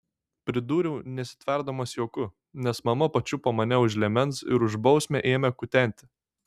pridūriau nesitverdamas juoku nes mama pačiupo mane už liemens ir už bausmę ėmė kutenti